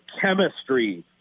chemistry